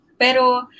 Pero